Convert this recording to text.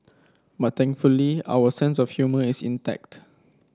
but thankfully our sense of humour is intact